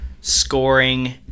scoring